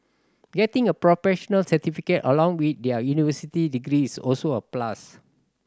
getting a professional certificate along with their university degree is also a plus